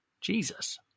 Jesus